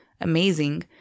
Amazing